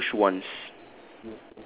mine is push once